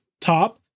top